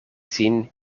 sin